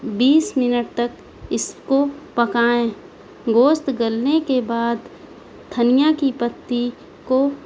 بیس minute تک اس کو پکائیں گوشت گلنے کے بعد دھنیا کی پتی کو